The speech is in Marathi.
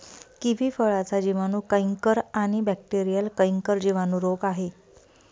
किवी फळाचा जिवाणू कैंकर आणि बॅक्टेरीयल कैंकर जिवाणू रोग आहे